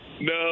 No